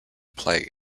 play